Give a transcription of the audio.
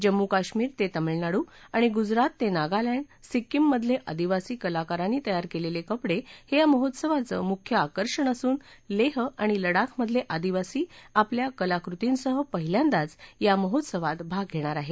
जम्मू काश्मिर ते तामिळनाडू आणि गुजरात ते नागालँड सिक्किम मधले आदिवासी कलाकारांनी तयार केलेले कपडे हे या महोत्सवाचं मुख्य आकर्षण असून लेह आणि लडाखमधले आदिवासी आपल्या कलाकृतींसह पहिल्यांदाच या महोत्सवात भाग घेणार आहेत